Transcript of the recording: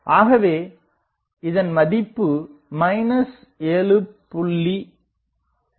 ஆகவே இதன் மதிப்பு 7